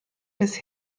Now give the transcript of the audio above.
des